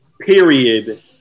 period